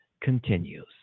continues